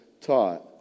taught